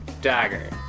Dagger